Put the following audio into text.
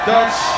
Dutch